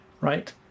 right